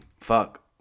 fuck